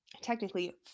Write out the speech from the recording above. technically